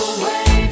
away